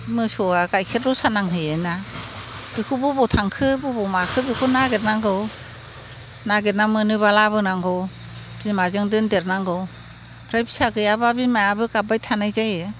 मोसौआ गाइखेर रसा नांहैयो ना बेखौ बबाव थांखो बबाव माखो बेखौ नागिरनांगौ नागिरना मोनोब्ला लाबोनांगौ बिमाजों दोनदेरनांगौ ओमफ्राय फिसा गैयाबा बिमायाबो गाब्बाय थानाय जायो